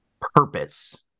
purpose